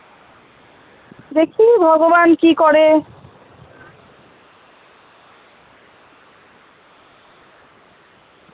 দেখি ভগবান কি করে